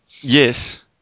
Yes